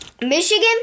Michigan